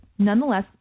Nonetheless